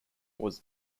was